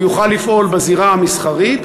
הוא יוכל לפעול בזירה המסחרית.